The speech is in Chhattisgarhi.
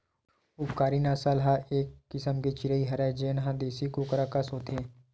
उपकारी नसल ह एक किसम के चिरई हरय जेन ह देसी कुकरा कस होथे